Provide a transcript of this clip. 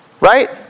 right